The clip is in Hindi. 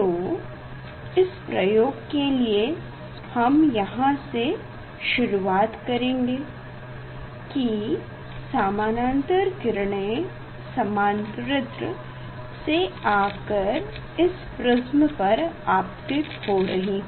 तो इस प्रयोग के लिए हम यहाँ से शुरुआत करेंगे की समानान्तर किरणें समांतरित्र से आ कर इस प्रिस्म पर आपतित हो रही हैं